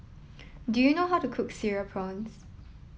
do you know how to cook Cereal Prawns